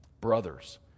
Brothers